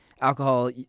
alcohol